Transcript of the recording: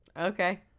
Okay